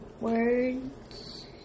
words